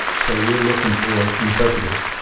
so we're looking for interpreters,